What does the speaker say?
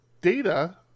data